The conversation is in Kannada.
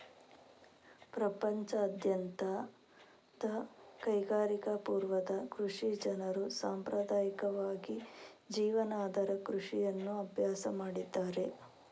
ಪ್ರಪಂಚದಾದ್ಯಂತದ ಕೈಗಾರಿಕಾ ಪೂರ್ವದ ಕೃಷಿ ಜನರು ಸಾಂಪ್ರದಾಯಿಕವಾಗಿ ಜೀವನಾಧಾರ ಕೃಷಿಯನ್ನು ಅಭ್ಯಾಸ ಮಾಡಿದ್ದಾರೆ